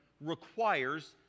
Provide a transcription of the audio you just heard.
requires